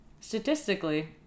statistically